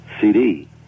cd